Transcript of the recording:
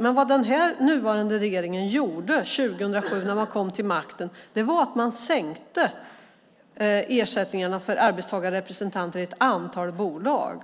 Men vad den nuvarande regeringen gjorde 2007 när den kom till makten var att sänka ersättningarna för arbetstagarrepresentanterna i ett antal bolag.